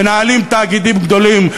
מנהלים תאגידים גדולים,